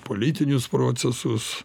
politinius procesus